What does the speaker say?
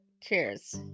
Cheers